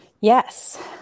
Yes